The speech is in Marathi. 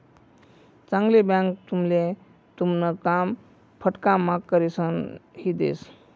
चांगली बँक तुमले तुमन काम फटकाम्हा करिसन दी देस